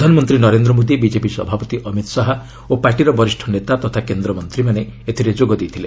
ପ୍ରଧାନମନ୍ତ୍ରୀ ନରେନ୍ଦ୍ର ମୋଦି ବିକେପି ସଭାପତି ଅମୀତ୍ ଶାହା ଓ ପାର୍ଟିର ବରିଷ୍ଣ ନେତା ତଥା କେନ୍ଦ୍ରମନ୍ତ୍ରୀମାନେ ଏଥିରେ ଯୋଗ ଦେଇଥିଲେ